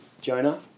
Jonah